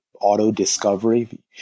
auto-discovery